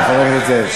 חבר הכנסת זאב.